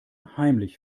heimlich